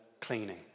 cleaning